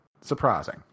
surprising